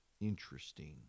Interesting